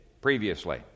previously